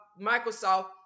Microsoft